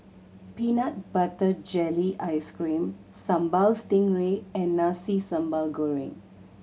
peanut butter jelly ice cream Sambal Stingray and Nasi Sambal Goreng